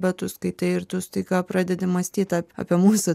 bet tu skaitai ir tu staiga pradedi mąstyt apie apie mūsų